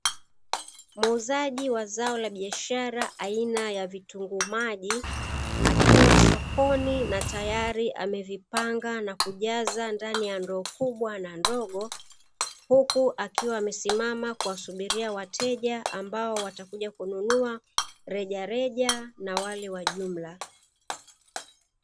Muuzaji wa zao la biashara aina ya vitunguu maji, akiwa sokoni na tayari amevipanga na kujaza ndani ya ndoo kubwa na ndogo, huku akiwa amesimama kuwasubiria wateja wataokuja kununua kwa rejareja au kwa ujumla.